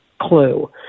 clue